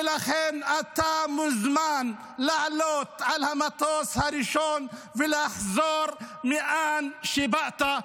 ולכן אתה מוזמן לעלות למטוס הראשון ולחזור לאן שבאת.